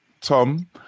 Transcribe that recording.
Tom